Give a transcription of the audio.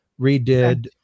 redid